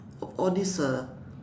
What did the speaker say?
of all these uh